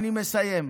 אני מסיים.